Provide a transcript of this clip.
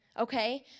Okay